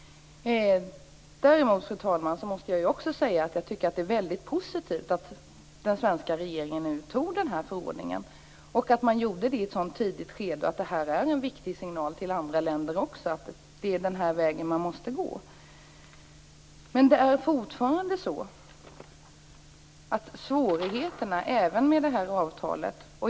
Fru talman! Jag tycker att det är väldigt positivt att den svenska regeringen nu antog den här förordningen och att den gjorde det i ett så tidigt skede. Det är en viktig signal till andra länder att det är den här vägen man måste gå. Det är fortfarande så att det finns svårigheter, även med det här avtalet.